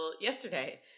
yesterday